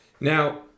Now